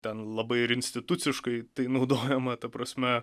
ten labai ir instituciškai tai naudojama ta prasme